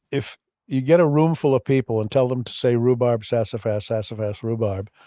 if you get a room full of people and tell them to say, rhubarb, sassafras, sassafras, rhubarb,